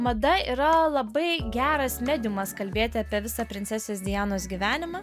mada yra labai geras mediumas kalbėti apie visą princesės dianos gyvenimą